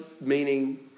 meaning